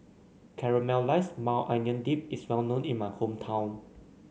Caramelized Maui Onion Dip is well known in my hometown